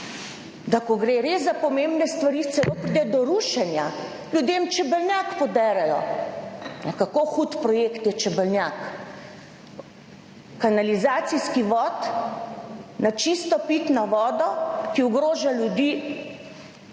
da ko gre res za pomembne stvari, celo pride do rušenja, ljudem čebelnjak poderejo, kako hud projekt je čebelnjak, kanalizacijski vod na čisto pitno vodo, ki ogroža ljudi,